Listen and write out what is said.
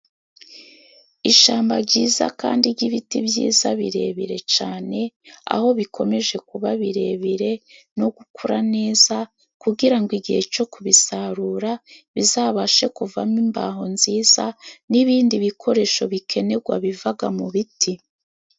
Ishamba jyiza kandi jy'ibiti byiza birebire cane aho bikomeje kuba birebire no gukura neza kugira ngo igihe co kubisarura bizabashe kuvamo imbaho nziza n'ibindi bikoresho bikenerwa bivaga mu biti.